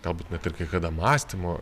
galbūt net ir kai kada mąstymo